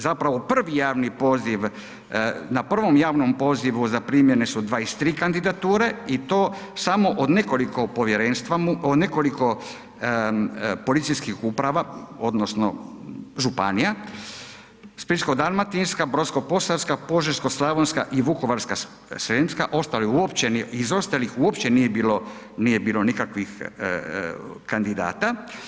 Zapravo prvi javni poziv, na prvom javnom pozivu zaprimljene su 23 kandidature i to samo od nekoliko povjerenstva, nekoliko policijskih uprava odnosno županija, Splitsko-dalmatinska, Brodsko-posavska, Požeško-slavonska i Vukovarsko-srijemska, ostale uopće, iz ostalih uopće nije bilo nikakvih kandidata.